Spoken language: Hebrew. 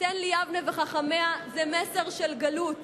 "תן לי יבנה וחכמיה" זה מסר של גלות.